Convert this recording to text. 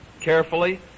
carefully